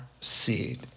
seed